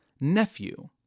nephew